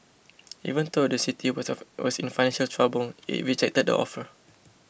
even though the city was was in financial trouble it rejected the offer